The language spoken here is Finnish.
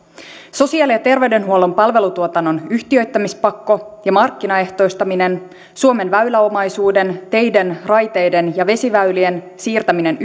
sosiaali ja terveydenhuollon palvelutuotannon yhtiöittämispakko ja markkinaehtoistaminen suomen väyläomaisuuden teiden raiteiden ja vesiväylien siirtäminen